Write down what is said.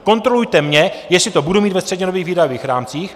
Kontrolujte mě, jestli to budu mít ve střednědobých výdajových rámcích.